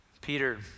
Peter